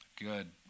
Good